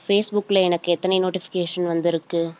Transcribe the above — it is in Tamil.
ஃபேஸ்புக்கில் எனக்கு எத்தனை நோட்டிஃபிகேஷன் வந்துருக்குது